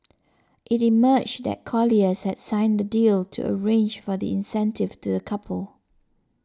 it emerged that Colliers had signed the deal to arrange for the incentive to the couple